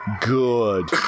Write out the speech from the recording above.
Good